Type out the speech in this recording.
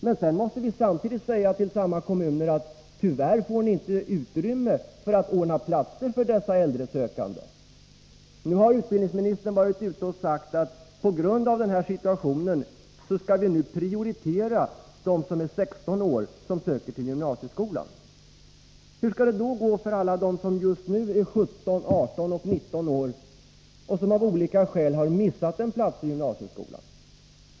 — Samtidigt måste vi dock säga till kommunerna att det tyvärr inte finns utrymme för att ordna platser för dessa äldresökande. Utbildningsministern har sagt att man på grund av den här situationen skall prioritera de 16-åringar som söker till gymnasieskolan. Hur skall det då gå för alla dem som just nu är 17, 18 och 19 år, som av olika skäl har missat en plats i gymnasieskolan?